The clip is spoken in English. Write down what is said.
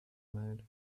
mode